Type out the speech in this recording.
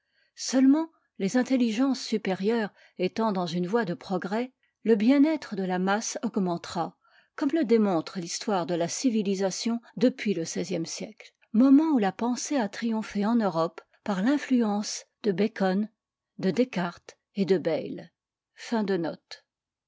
seulement les intelligences supérieures étant dans une voie de progrès le bien-être de la masse augmentera comme le démontre l'histoire de la civilisation depuis le xvi siècle moment où la pensée a triomphe en europe par l'influence de bacon de descartes et de bayle